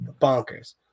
bonkers